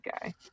guy